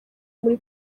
muri